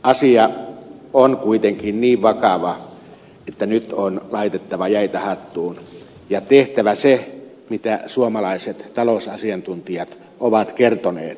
asia on kuitenkin niin vakava että nyt on laitettava jäitä hattuun ja tehtävä se mitä suomalaiset talousasiantuntijat ovat kertoneet